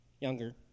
younger